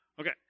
Okay